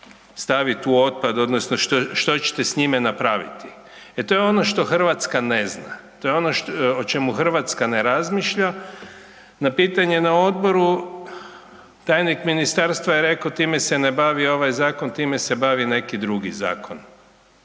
staviti u otpad odnosno što ćete s njime napraviti. E to je ono što Hrvatska ne zna, to je ono o čemu Hrvatska ne razmišlja. Na pitanje na Odboru, tajnik Ministarstva je rekao „time se ne bavi ovaj Zakon, time se bavi neki drugi Zakon“,